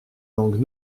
langues